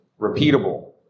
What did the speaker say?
repeatable